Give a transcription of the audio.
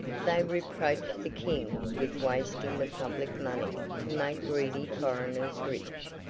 they reproached the king with wasting the public money to make greedy foreigners rich,